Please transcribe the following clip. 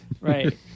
Right